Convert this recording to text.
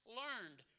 learned